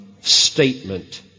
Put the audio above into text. statement